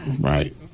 Right